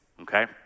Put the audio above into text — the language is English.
Okay